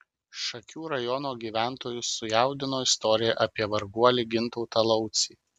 šakių rajono gyventojus sujaudino istorija apie varguolį gintautą laucį